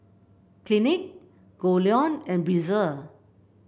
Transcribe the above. Clinique Goldlion and Breezer